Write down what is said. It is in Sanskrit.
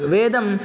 वेदम्